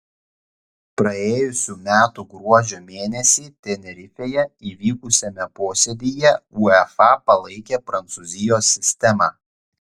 praėjusių metų gruodžio mėnesį tenerifėje įvykusiame posėdyje uefa palaikė prancūzijos sistemą